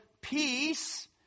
peace